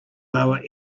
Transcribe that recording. lower